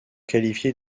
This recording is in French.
qualifié